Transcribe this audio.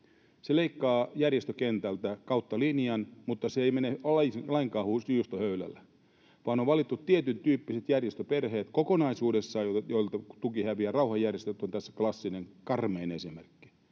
Se leikkaa järjestökentältä kautta linjan, mutta se ei mene lainkaan juustohöylällä, vaan on valittu tietyntyyppiset järjestöperheet, joilta tuki häviää kokonaisuudessaan. Rauhanjärjestöt ovat tästä klassinen, karmein esimerkki.